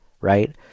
right